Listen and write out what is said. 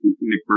Nick